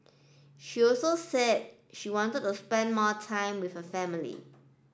she also said she wanted to spend more time with her family